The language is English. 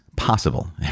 possible